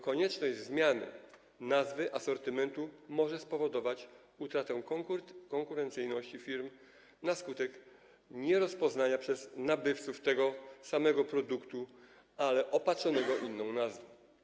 Konieczność zmiany nazwy asortymentu może spowodować utratę konkurencyjności firm na skutek nierozpoznania przez nabywców tego samego produktu, ale opatrzonego inną nazwą.